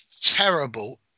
terrible